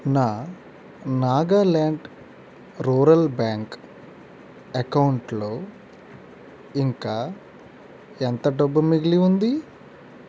నా Nagaland rural bank అకౌంటులో ఇంకా ఎంత డబ్బు మిగిలి ఉంది